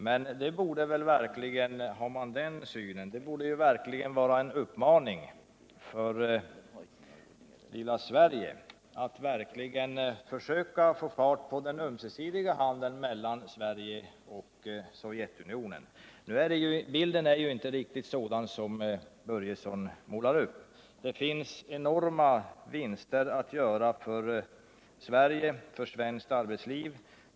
Men i så fall borde det väl verkligen vara en uppmaning till lilla Sverige att försöka få fart på den ömsesidiga handeln mellan Sverige och Sovjetunionen. Bilden är emellertid inte riktigt sådan som den herr Börjesson målar upp. Det finns enorma vinster att göra för svenskt arbetsliv.